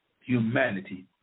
humanity